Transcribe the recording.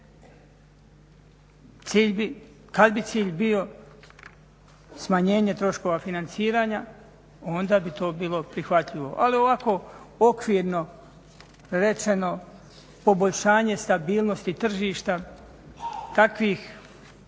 Kad bi cilj bio smanjenje troškova financiranja onda bi to bilo prihvatljivo, ali ovako okvirno rečeno poboljšanje stabilnosti tržišta kakvih